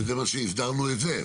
וזה לא שהסדרנו את זה.